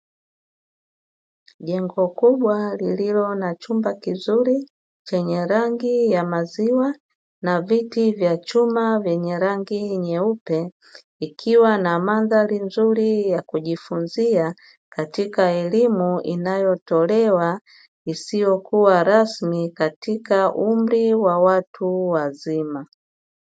Jengo kubwa lililo na chumba kizuri chenye rangi ya maziwa, na viti vya chuma vyenye rangi nyeupe, ikiwa na mandhari nzuri ya kujifunza katika elimu inayotolewa, isiyokuwa rasmi katika umri wa watu wazima.